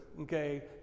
okay